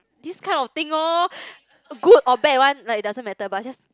this kind of thing loh good or bad one like doesn't matter but it's just